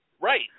Right